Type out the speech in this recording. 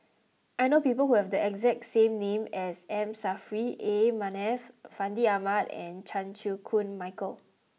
I know people who have the exact name as M Saffri A Manaf Fandi Ahmad and Chan Chew Koon Michael